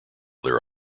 their